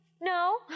No